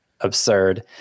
absurd